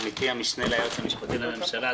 עמיתי המשנה ליועץ המשפטי לממשלה,